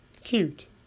cute